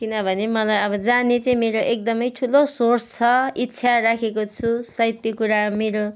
किनभने मलाई अब जाने चाहिँ मेरो एकदमै ठुलो सोच छ इच्छा राखेको छु सायद त्यो कुरा मेरो